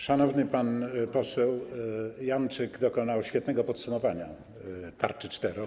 Szanowny pan poseł Janczyk dokonał świetnego podsumowania tarczy 4.0.